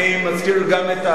בכל אופן,